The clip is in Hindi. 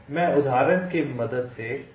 मैं उदाहरण की मदद से समझाता हूँ